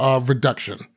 reduction